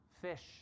fish